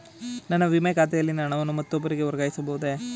ನನ್ನ ವಿಮೆ ಖಾತೆಯಲ್ಲಿನ ಹಣವನ್ನು ಮತ್ತೊಬ್ಬರಿಗೆ ವರ್ಗಾಯಿಸ ಬಹುದೇ?